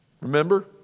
Remember